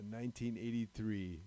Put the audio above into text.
1983